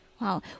Wow